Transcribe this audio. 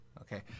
Okay